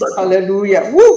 hallelujah